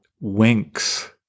winks